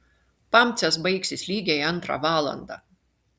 pamcės baigsis lygiai antrą valandą